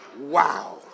wow